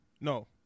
No